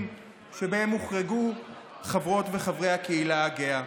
שבהם הוחרגו חברות וחברי הקהילה הגאה.